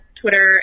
Twitter